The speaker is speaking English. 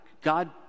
God